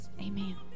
Amen